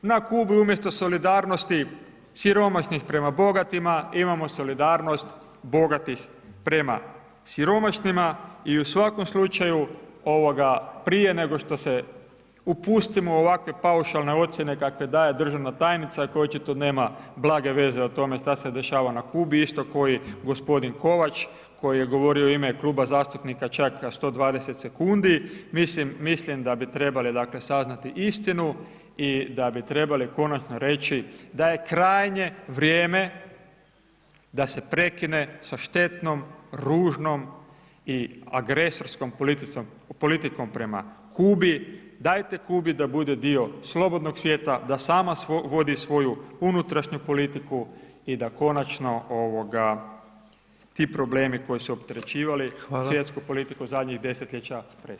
Na Kubi umjesto solidarnosti siromašnih prema bogatima imamo solidarnost bogatih prema siromašnima i u svakom slučaju ovoga prije nego što se upustimo u ovakve paušalne ocjene kakve daje državna tajnica koja očito nema blage veze o tome šta se dešava na Kubi isto ko i gospodin Kovač, koji je govorio u ime kluba zastupnika čak 120 sekundi, mislim, mislim da bi trebali dakle saznati istinu i da bi trebali konačno reći da je krajnje vrijeme da se prekine sa štetnom, ružnom i agresorskom politikom prema Kubi, dajte Kubi da bude dio slobodnog svijeta, da sama vodi svoju unutrašnju politiku i da konačno ovoga ti problemi koji su opterećivali [[Upadica: Hvala.]] zadnjih desetljeća prestanu.